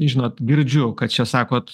žinot girdžiu kad čia sakot